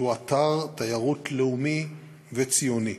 שהוא אתר תיירות לאומי וציוני.